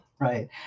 right